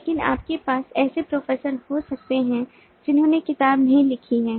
लेकिन आपके पास ऐसे प्रोफेसर हो सकते हैं जिन्होंने किताबें नहीं लिखी हैं